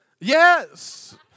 Yes